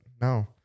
no